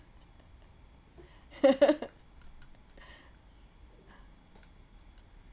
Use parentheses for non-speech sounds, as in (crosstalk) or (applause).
(laughs)